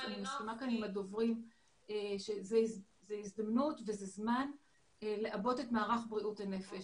אני מסכימה עם הדוברים כאן שזו הזדמנות וזמן לעבות את מערך בריאות הנפש.